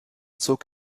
zog